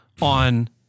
On